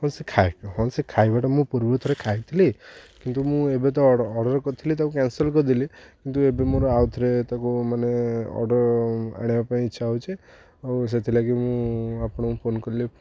ହଁ ସେ ଖାଇ ହଁ ସେ ଖାଇବାଟା ମୁଁ ପୂର୍ବରୁ ଥରେ ଖାଇଥିଲି କିନ୍ତୁ ମୁଁ ଏବେ ତ ଅର୍ଡ଼ର କରିଥିଲି ତାକୁ କ୍ୟାନସଲ କରିଦେଲିି କିନ୍ତୁ ଏବେ ମୋର ଆଉ ଥରେ ତାକୁ ମାନେ ଅର୍ଡ଼ର ଆଣିବା ପାଇଁ ଇଚ୍ଛା ହେଉଛି ଆଉ ସେଥିଲାଗି ମୁଁ ଆପଣଙ୍କୁ ଫୋନ କଲି